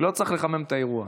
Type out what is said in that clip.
לא צריך לחמם את האירוע,